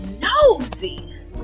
nosy